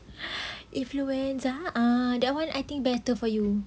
influenza ah that one I think better for you